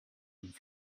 and